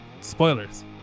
Spoilers